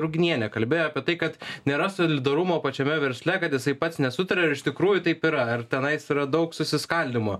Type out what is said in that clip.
ruginienė kalbėjo apie tai kad nėra solidarumo pačiame versle kad jisai pats nesutaria iš tikrųjų taip yra ar tenais yra daug susiskaldymo